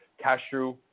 cashew